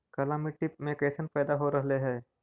काला मिट्टी मे कैसन पैदा हो रहले है?